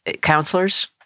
counselors